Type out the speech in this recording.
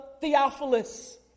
Theophilus